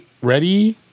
Ready